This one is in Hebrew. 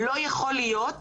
לא יכול להיות